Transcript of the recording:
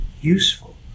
useful